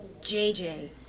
JJ